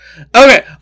Okay